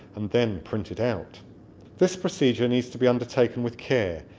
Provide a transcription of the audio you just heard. then, print it out this procedure needs to be undertaken with care,